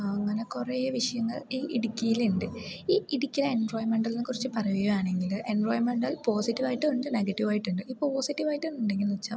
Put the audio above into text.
അങ്ങനെ കുറേ വിഷയങ്ങൾ ഈ ഇടുക്കിയിലുണ്ട് ഈ ഇടുക്കിയിലെ എൻവയോൺമെൻറ്റലിനെ കുറിച്ച് പറയുകയാണെങ്കിൽ എൻവയോൺമെൻറ്റൽ പോസിറ്റീവായിട്ടുണ്ട് നെഗറ്റീവായിട്ടുണ്ട് ഈ പോസിറ്റീവായിട്ടുണ്ടെങ്കിലെന്നു വെച്ചാൽ